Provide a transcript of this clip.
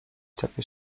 takie